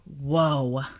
Whoa